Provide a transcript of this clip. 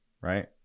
right